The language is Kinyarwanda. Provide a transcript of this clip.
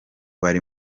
bari